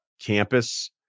campus